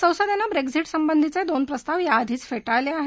संसदेने ब्रेश्झिट संबंधीचे दोन प्रस्ताव याआधीच फेटाळले आहेत